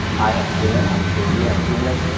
i have seen it i'm sure you have seen it.